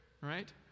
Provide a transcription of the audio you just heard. Right